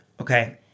Okay